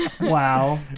Wow